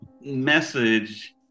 message